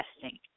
testing